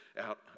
out